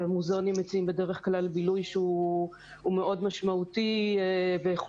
המוזיאונים מציעים בדרך כלל בילוי שהוא מאוד משמעותי ואיכותי,